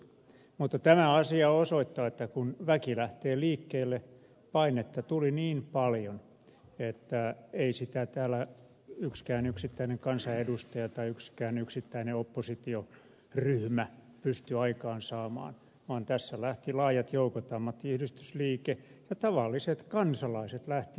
mutta tämä asia osoittaa että kun väki lähti liikkeelle painetta tuli niin paljon että ei sitä täällä yksikään yksittäinen kansanedustaja tai yksikään yksittäinen oppositioryhmä pysty aikaansaamaan vaan tässä lähtivät laajat joukot ammattiyhdistysliike ja tavalliset kansalaiset liikkeelle